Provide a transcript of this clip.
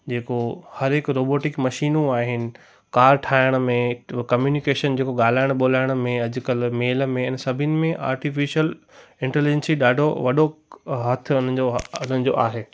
जेको हर हिकु रोबॉटिक मशीनूं आहिनि कार ठाहिण में कम्यूनीकेशन जेको ॻाल्हाइण ॿोलाइण में अॼुकल्ह मेल में इन सभीन में आर्टीफिशल इंटलीजंसी ॾाढो वॾो हथु उन्हनि जो उन्हनि जो आहे